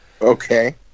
Okay